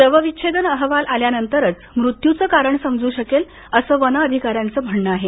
शवविच्छेदन अहवाल आल्यानंतरच मृत्यूचं कारण समजू शकेल असं वन अधिका यांचं म्हणण आहे